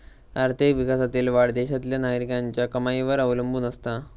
आर्थिक विकासातील वाढ देशातल्या नागरिकांच्या कमाईवर अवलंबून असता